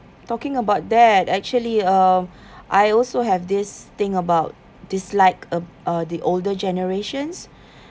talking about that actually uh I also have this thing about dislike a uh the older generations